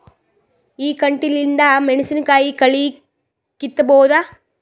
ಈ ಕಂಟಿಲಿಂದ ಮೆಣಸಿನಕಾಯಿ ಕಳಿ ಕಿತ್ತಬೋದ?